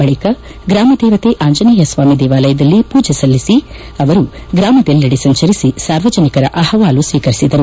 ಬಳಿಕ ಗ್ರಾಮದೇವತೆ ಆಂಜನೇಯಸ್ವಾಮಿ ದೇವಾಲಯದಲ್ಲಿ ಪೂಜಿ ಸಲ್ಲಿಸಿದ ಅವರು ಗ್ರಾಮದೆಲ್ಲೆಡೆ ಸಂಚರಿಸಿ ಸಾರ್ವಜನಿಕರ ಅಹವಾಲು ಸ್ತೀಕರಿಸಿದರು